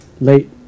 late